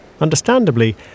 Understandably